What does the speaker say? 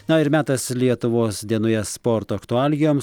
na ir metas lietuvos dienoje sporto aktualijoms